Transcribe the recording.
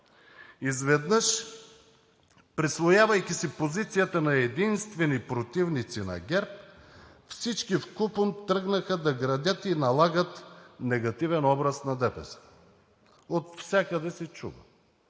Изведнъж присвоявайки си позицията на единствени противници на ГЕРБ, всички вкупом тръгнаха да градят и налагат негативен образ на ДПС. Отвсякъде се чу: